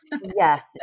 Yes